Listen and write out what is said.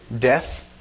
Death